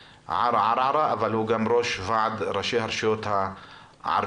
ערעארה אבל הוא גם ראש ועד ראשי הרשויות הערביות.